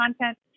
content